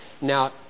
Now